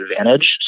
advantage